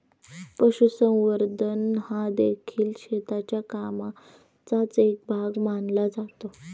पशुसंवर्धन हादेखील शेतीच्या कामाचाच एक भाग मानला जातो